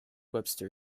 webster